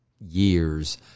years